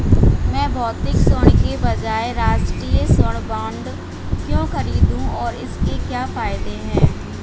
मैं भौतिक स्वर्ण के बजाय राष्ट्रिक स्वर्ण बॉन्ड क्यों खरीदूं और इसके क्या फायदे हैं?